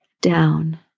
down